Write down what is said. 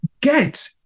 get